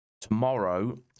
Tomorrow